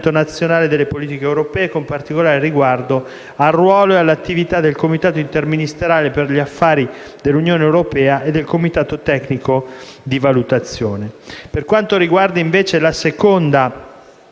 nazionale delle politiche europee con particolare riguardo al ruolo del comitato interministeriale per gli affari dell'Unione europea e del comitato tecnico di valutazione. Per quanto riguarda, invece, la seconda